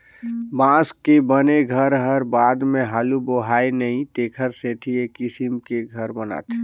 बांस के बने घर हर बाद मे हालू बोहाय नई तेखर सेथी ए किसम के घर बनाथे